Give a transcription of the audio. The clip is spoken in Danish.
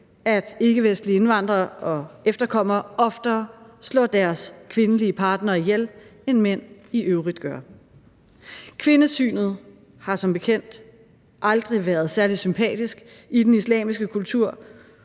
at ikkevestlige indvandrere og efterkommere oftere slår deres kvindelige partnere ihjel, end mænd i øvrigt gør. Kvindesynet har som bekendt aldrig været særlig sympatisk i den islamiske kultur,